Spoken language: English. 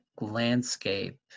landscape